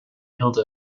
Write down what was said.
hilda